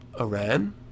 Iran